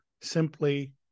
simply